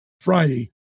friday